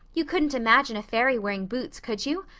you couldn't imagine a fairy wearing boots, could you?